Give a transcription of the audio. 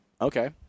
okay